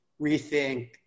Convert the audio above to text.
rethink